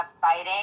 fighting